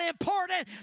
important